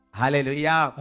Hallelujah